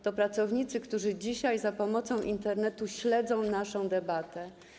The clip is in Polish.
To pracownicy, którzy dzisiaj za pomocą Internetu śledzą naszą debatę.